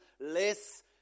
less